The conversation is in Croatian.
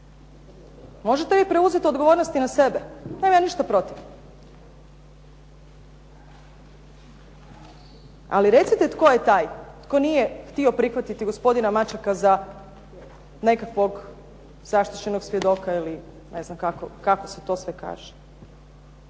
Možete li preuzeti odgovornost na sebe, nemam ja ništa protiv. Ali recite tko je taj tko nije htio prihvatiti gospodina Mačeka za nekakvog zaštićenog svjedoka ili ne znam kako se to sve kaže.